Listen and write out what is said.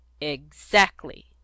Exactly